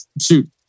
shoot